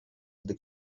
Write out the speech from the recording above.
gdy